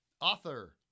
Author